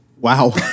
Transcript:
Wow